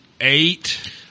eight